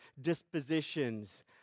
dispositions